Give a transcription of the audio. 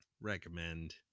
recommend